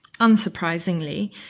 unsurprisingly